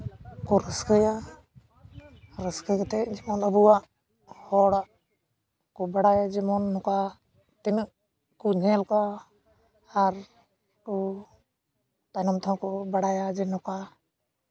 ᱠᱚ ᱨᱟᱹᱥᱠᱟᱹᱭᱟ ᱨᱟᱹᱥᱠᱟᱹ ᱠᱟᱛᱮᱫ ᱡᱮᱢᱚᱱ ᱟᱵᱚᱣᱟᱜ ᱦᱚᱲᱟᱜ ᱠᱚ ᱵᱟᱲᱟᱭᱟ ᱡᱮᱢᱚᱱ ᱱᱚᱝᱠᱟ ᱛᱤᱱᱟᱹᱜ ᱠᱚ ᱧᱮᱞ ᱠᱚᱣᱟ ᱟᱨ ᱠᱚ ᱛᱟᱭᱱᱚᱢ ᱛᱮᱦᱚᱸ ᱠᱚ ᱵᱟᱲᱟᱭᱟ ᱡᱮ ᱱᱚᱝᱠᱟ